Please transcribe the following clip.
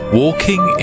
walking